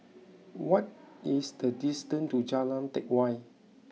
what is the distance to Jalan Teck Whye